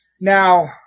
Now